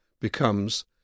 becomes